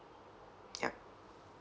yup